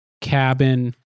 cabin